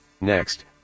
Next